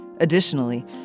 Additionally